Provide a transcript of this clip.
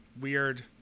weird